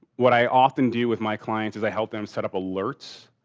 what i often do with my clients is i help them set up alerts.